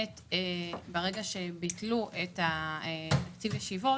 כאשר ביטלו את תקציב הישיבות,